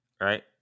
Right